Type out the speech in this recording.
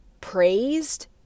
praised